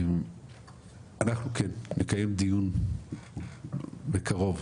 אנחנו נקיים דיון בקרוב,